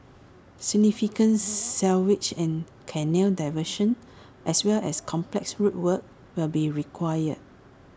significant sewage and canal diversions as well as complex road work will be required